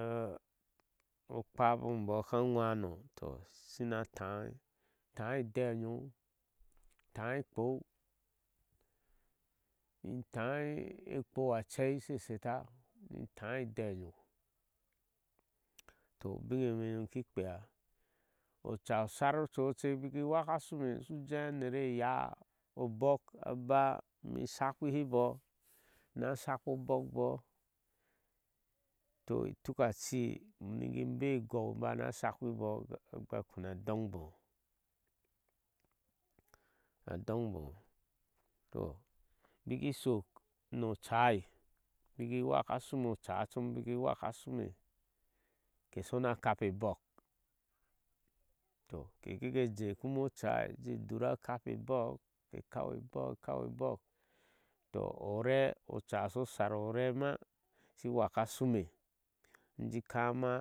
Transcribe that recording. Ah okpaa obom e mboóa shika ŋwa no to ishina taa imbɔɔ in tata idee e inyoh taah ikpo in taa ikpou acei she sheta i taa idee e nyohtaah i kpou in taa ikpou acei she sheta, itaá idee e nyoh toh i bine eme nyom ikin kpea oca obako shar ocu socek in baki waka ashume ushu jee a ner e yaa obɔɔks absaa imee i shapihiboɔ ina shakpi hiboɔɔk bɔɔ toh tuk a ci hikin bea iguo in baa na shakbɔɔ har abaa kpena adongfoo adonŋboo biki shok ni ocai baki waka ashume ni ocai cum bakin waka ashume ke shona akape e bɔɔk toh ke kike jee kumo ocai kejee dura akpape ebɔɔk ke kau ebɔɔk kau ebɔɔyɔ toh oreé oca sho shar oree ma ishing wak ashume inji kama